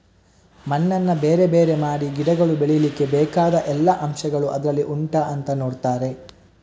ಮಣ್ಣನ್ನ ಬೇರೆ ಬೇರೆ ಮಾಡಿ ಗಿಡಗಳು ಬೆಳೀಲಿಕ್ಕೆ ಬೇಕಾದ ಎಲ್ಲಾ ಅಂಶಗಳು ಅದ್ರಲ್ಲಿ ಉಂಟಾ ಅಂತ ನೋಡ್ತಾರೆ